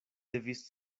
devis